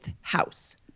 house